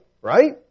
right